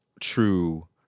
true